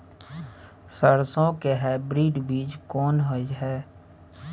सरसो के हाइब्रिड बीज कोन होय है?